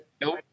nope